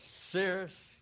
serious